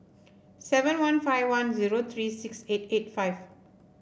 seven one five one zero three six eight eight five